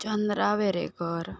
Chandra Verenkar